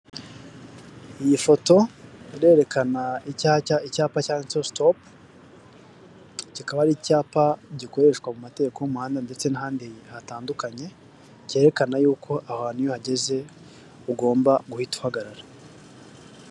Iyi foto irerekana icya icyapa cyanditseho sitopu (stop) kikaba ari icyapa gikoreshwa mu mateka y'umuhanda ndetse n'ahandi hatandukanye byerekana y'uko aho hantu iyo uhageze ugomba guhita uhagarara.